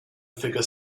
figure